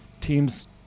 teams